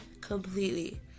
completely